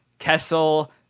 Kessel